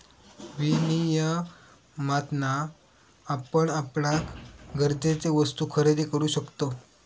विनियमातना आपण आपणाक गरजेचे वस्तु खरेदी करु शकतव